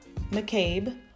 McCabe